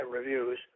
Reviews